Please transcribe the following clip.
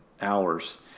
hours